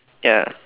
ya